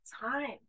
time